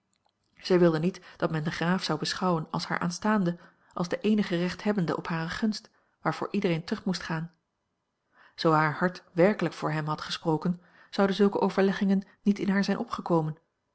zij wilde niet dat men den graaf zou beschouwen als haar aanstaande als den eenig rechthebbende op hare gunst waarvoor iedereen terug moest gaan zoo haar hart werkelijk voor hem had gesproken zouden zulke overleggingen niet in haar zijn opgekomen